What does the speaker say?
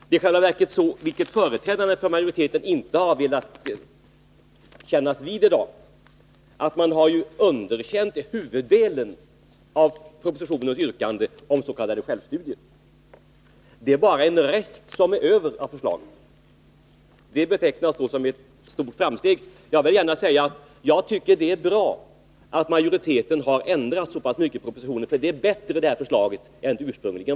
Det är i själva verket så — något som företrädarna för majoriteten inte har velat kännas vid i dag — att man har underkänt huvuddelen av propositionens yrkande om s.k. självstudier. Det är bara en rest som är kvar av förslaget. Jag tycker att det är bra att majoriteten har ändrat så mycket i propositionen, för utskottets förslag är bättre.